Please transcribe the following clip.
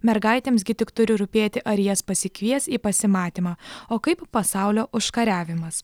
mergaitėms gi tik turi rūpėti ar jas pasikvies į pasimatymą o kaip pasaulio užkariavimas